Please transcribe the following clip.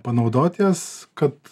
panaudot jas kad